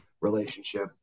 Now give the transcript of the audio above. relationship